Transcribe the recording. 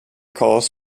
calls